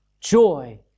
joy